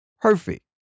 perfect